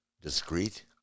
discreet